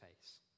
face